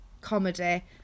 comedy